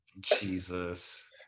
jesus